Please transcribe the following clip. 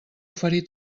oferir